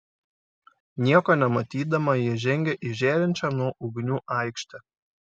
nieko nematydama ji žengė į žėrinčią nuo ugnių aikštę